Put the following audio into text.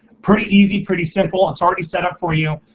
pretty easy, pretty simple. it's already set up for you.